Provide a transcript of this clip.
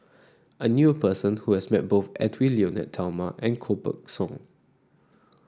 I knew a person who has met both Edwy Lyonet Talma and Koh Buck Song